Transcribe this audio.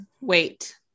wait